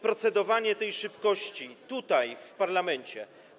Procedowanie o tej szybkości tutaj, w parlamencie.